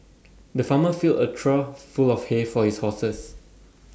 the farmer filled A trough full of hay for his horses